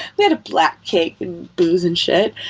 we had a black cape and booze and shit.